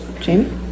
Jamie